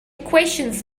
equations